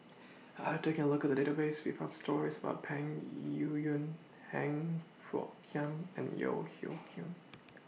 after taking A Look At The Database We found stories about Peng Yuyun Han Fook Kwang and Yeo Hoe Koon